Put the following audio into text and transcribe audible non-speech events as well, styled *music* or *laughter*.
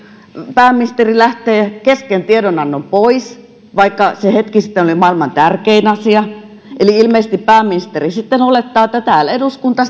pääministeri lähtee kesken tiedonannon pois vaikka se hetki sitten oli maailman tärkein asia eli ilmeisesti pääministeri sitten olettaa että täällä eduskunta *unintelligible*